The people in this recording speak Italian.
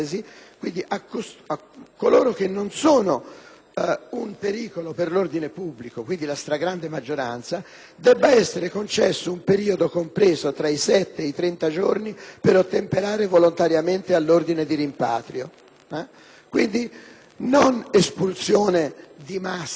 deve essere concesso un periodo compreso tra i 7 e i 30 giorni per ottemperare volontariamente all'ordine di rimpatrio. Quindi, non espulsione di massa, che è inattuabile e che l'Unione europea non ci permetterebbe di fare,